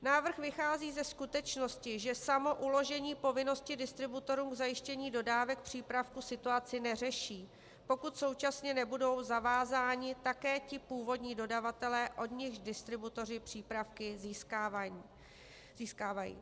Návrh vychází ze skutečnosti, že samo uložení povinnosti distributorům k zajištění dodávek přípravku situaci neřeší, pokud současně nebudou zavázáni také ti původní dodavatelé, od nichž distributoři přípravky získávají.